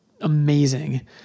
amazing